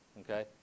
Okay